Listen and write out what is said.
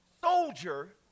soldier